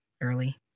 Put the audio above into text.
early